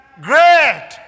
great